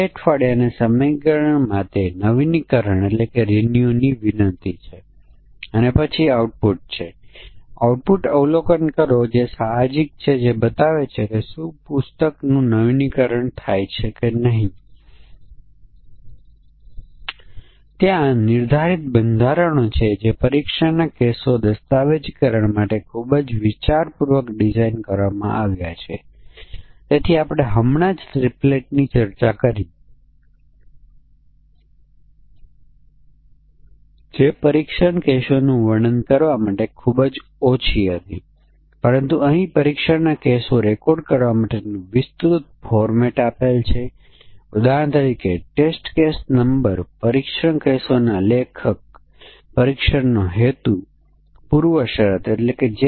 આ પરીક્ષણનું મહત્વ એ છે કે સમકક્ષ વર્ગોની સીમાઓ પર પ્રોગ્રામરની વિશેષ પ્રક્રિયા અથવા વિશેષ વિચારણા જરૂરી છે અને તેણે તેની કાળજી લીધી છે કે કેમ તે આપણે જોવાની જરૂર તેથી બાઉન્ડ્રી વેલ્યુ પરીક્ષણના સૌથી સરળ સૂચનમાં આપણે વિવિધ સમકક્ષ વર્ગોની સીમા પર પરીક્ષણના કેસો પસંદ કરીએ છીએ